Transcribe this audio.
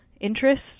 interest